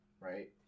Right